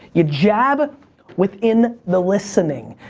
you jab within the listening,